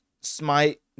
smite